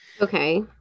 Okay